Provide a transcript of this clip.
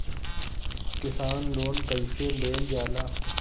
किसान लोन कईसे लेल जाला?